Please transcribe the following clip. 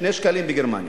2 שקלים בגרמניה.